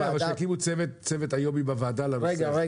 או שתקימו צוות ייעודי של הוועדה לנושא הזה.